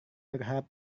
berharap